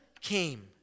came